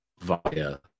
via